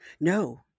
No